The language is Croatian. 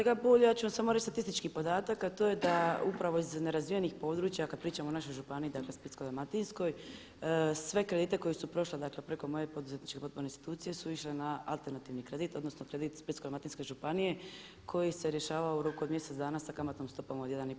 Kolega Bulj, ja ću vam samo reći statistički podatak a to je da upravo iz nerazvijenih područja kada pričamo o našoj županiji dakle Splitsko-dalmatinskoj sve kredite koji su prošli dakle preko moje poduzetničke … institucije su išle na alternativni kredit, odnosno kredit Splitsko-dalmatinske županije koji se rješavao u roku od mjesec dana sa kamatnom stopom od 1,5%